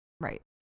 Right